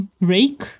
Rake